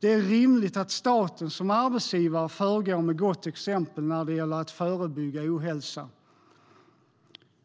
Det är rimligt att staten som arbetsgivare föregår med gott exempel när det gäller att förebygga ohälsa.